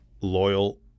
loyal